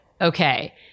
okay